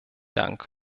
dank